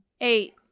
Eight